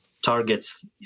targets